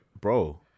bro